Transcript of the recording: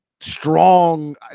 strong